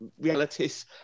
realities